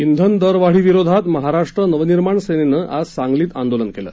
इंधन दरवाढी विरोधात महाराष्ट्र नव निर्माण सेनेनं आज सांगलीत आंदोलन केलं